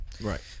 right